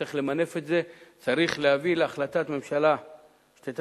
וצריך למנף את זה: צריך להביא להחלטת ממשלה שתתקצב.